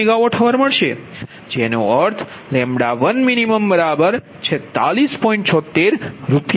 40RsMWhr મળશે જેનો અર્થ s 1min46